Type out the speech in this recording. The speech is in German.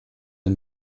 der